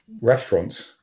restaurants